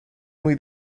muy